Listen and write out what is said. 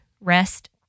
rest